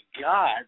god